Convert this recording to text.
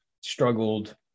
struggled